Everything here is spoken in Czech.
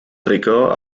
triko